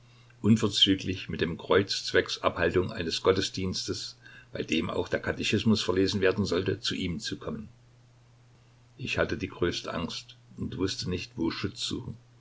unverzüglich mit dem kreuz zwecks abhaltung eines gottesdienstes bei dem auch der katechismus verlesen werden sollte zu ihm zu kommen ich hatte die größte angst und wußte nicht wo